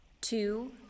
Two